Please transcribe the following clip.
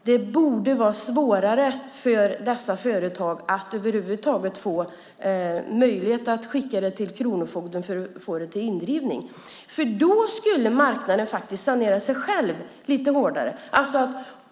Det borde vara svårare för dessa företag att över huvud taget få möjlighet att skicka det här till kronofogden för indrivning. Då skulle marknaden faktiskt sanera sig själv lite bättre.